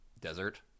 desert